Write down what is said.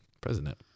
president